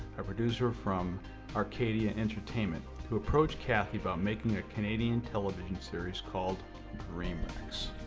a producer from arcadia entertainment, to approach cathy about making a canadian television series called dream wrecks.